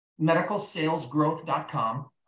medicalsalesgrowth.com